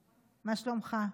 מה שלומך?